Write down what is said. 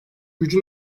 gücü